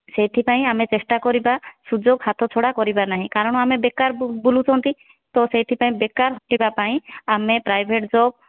ସେଇଥିପାଇଁ ଆମେ ଚେଷ୍ଟା କରିବା ସୁଯୋଗ ହାତ ଛଡ଼ା କରିବା ନାହିଁ କାରଣ ଆମେ ବେକାର୍ ବୁଲୁଛନ୍ତି ତ ସେଇଥିପାଇଁ ବେକାର୍ ହଟାଇବା ପାଇଁ ଆମେ ପ୍ରାଇଭେଟ୍ ଜବ୍